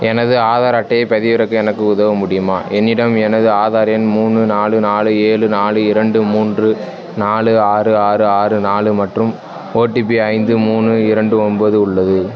எனது ஆதார் அட்டையை பதிவிறக்க எனக்கு உதவ முடியுமா என்னிடம் எனது ஆதார் எண் மூணு நாலு நாலு ஏழு நாலு இரண்டு மூன்று நாலு ஆறு ஆறு ஆறு நாலு மற்றும் ஓடிபி ஐந்து மூணு இரண்டு ஒம்பது உள்ளது